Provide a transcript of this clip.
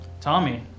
Tommy